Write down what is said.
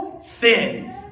sinned